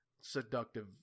seductive